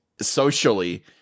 socially